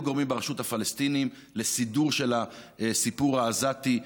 גורמים ברשות הפלסטינית לסידור של הסיפור העזתי,